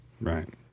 Right